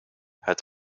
het